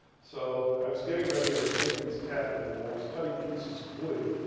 so i was getting ready, i was making this cat bed and i was cutting pieces of wood.